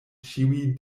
ĉiuj